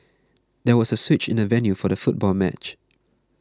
there was a switch in the venue for the football match